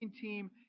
team